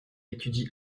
étudie